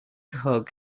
hug